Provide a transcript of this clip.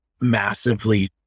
massively